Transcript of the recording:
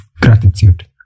gratitude